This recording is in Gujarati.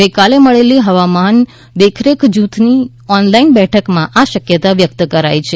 ગઇકાલે મળેલી હવામાન દેખરેખ જુથની ઓનલાઇન બેઠકમાં આ શકયતા વ્યકત કરાઇ છે